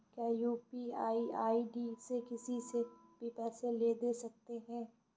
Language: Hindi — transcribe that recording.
क्या यू.पी.आई आई.डी से किसी से भी पैसे ले दे सकते हैं?